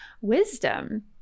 wisdom